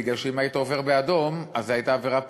בגלל שאם היית עובר באדום אז זו הייתה עבירה פלילית,